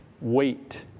wait